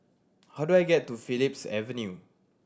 how do I get to Phillips Avenue